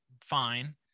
fine